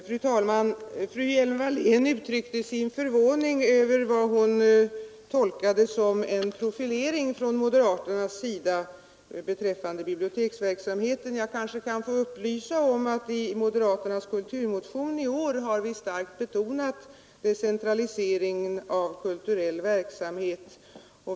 Fru talman! Fru Hjelm-Wallén uttryckte sin förvåning över vad hon tolkade som en profilering från moderaternas sida beträffande biblioteksverksamheten. Jag kan kanske få upplysa om att i moderaternas kulturmotion i år har vi starkt betonat behovet av decentralisering av kulturell verksamhet.